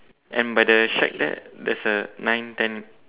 and by the shack there there's a nine ten